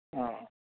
অ'